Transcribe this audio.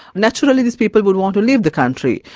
naturally these people will want to leave the country.